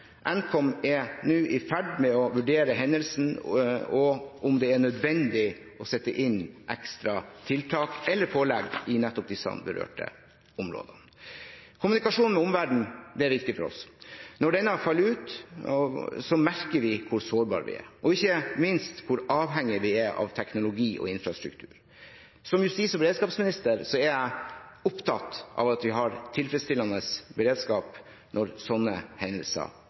Nkom er nå i ferd med å vurdere hendelsen og om det er nødvendig å sette inn ekstra tiltak eller pålegg i nettopp disse berørte områdene. Kommunikasjonen med omverdenen er viktig for oss. Når denne faller ut, merker vi hvor sårbare vi er, og ikke minst hvor avhengige vi er av teknologi og infrastruktur. Som justis- og beredskapsminister er jeg opptatt av at vi har tilfredsstillende beredskap når sånne hendelser